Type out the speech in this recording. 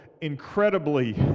incredibly